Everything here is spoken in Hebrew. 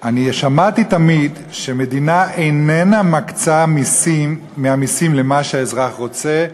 אני שמעתי תמיד שמדינה איננה מקצה מהמסים למה שהאזרח רוצה,